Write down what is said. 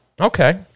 Okay